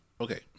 Okay